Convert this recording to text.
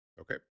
okay